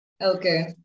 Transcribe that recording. Okay